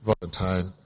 Valentine